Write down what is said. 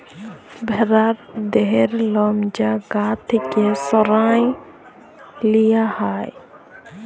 ভ্যারার দেহর লম যা গা থ্যাকে সরাঁয় লিয়া হ্যয়